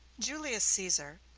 julius caesar,